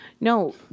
No